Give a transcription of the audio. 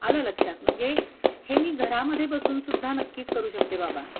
आलं लक्षात म्हणजे हे मी घरामध्ये बसून सुद्धा नक्कीच करू शकते बाबा